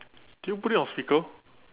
did you put it on speaker